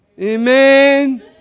Amen